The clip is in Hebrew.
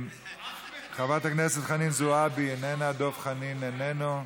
חברת הכנסת חנין זועבי, איננה, דב חנין, איננו.